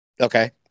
Okay